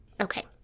Okay